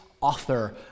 author